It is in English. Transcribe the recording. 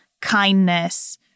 kindness